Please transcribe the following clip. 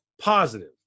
positive